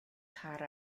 car